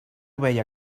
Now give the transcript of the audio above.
veia